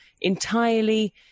entirely